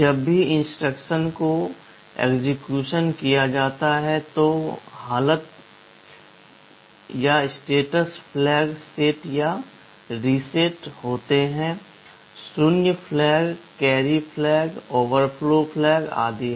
जब भी कुछ इंस्ट्रक्शन को एक्सेक्यूशनकिया जाता है तो हालत के फ्लैग सेट या रीसेट होते हैं शून्य flag carry flag overflow flag आदि है